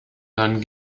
dann